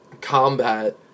combat